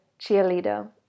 cheerleader